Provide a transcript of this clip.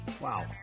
Wow